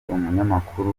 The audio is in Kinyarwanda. umunyamakuru